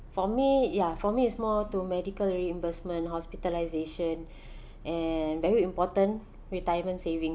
for me ya for me is more to medical reimbursement hospitalisation and very important retirement savings